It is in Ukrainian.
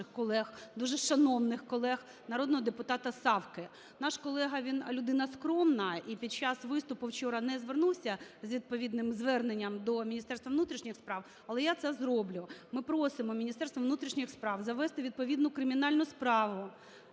дуже шановних колег: народного депутата Савки. Наш колега, він людина скромна, і під час виступу вчора не звернувся з відповідним зверненням до Міністерства внутрішніх справ, але я це зроблю. Ми просимо Міністерство внутрішніх справ завести відповідну кримінальну справу,